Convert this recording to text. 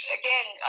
again